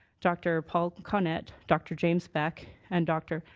dr. paul conet, dr. james beck, and dr.